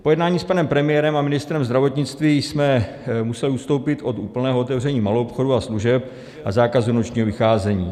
Po jednání s panem premiérem a ministrem zdravotnictví jsme museli ustoupit od úplného otevření maloobchodu a služeb a zákazu nočního vycházení.